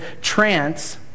trance